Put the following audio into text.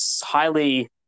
highly